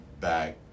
back